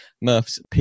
murph's